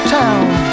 town